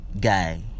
Guy